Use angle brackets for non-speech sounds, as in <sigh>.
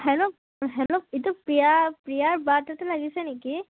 hello hello এইটো প্ৰিয়া প্ৰিয়াৰ <unintelligible> এটা লাগিছে নেকি